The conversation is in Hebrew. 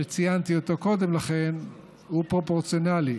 שציינתי אותו קודם לכן, הוא פרופורציונלי.